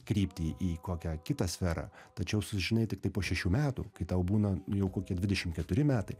kryptį į kokią kitą sferą tačiau sužinai tiktai po šešių metų kai tau būna jau kokie dvidešim keturi metai